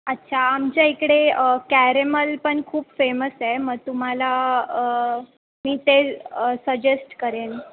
अच्छा आमच्या इकडे कॅरेमल पण खूप फेमस आहे मग तुम्हाला मी ते सजेस्ट करेन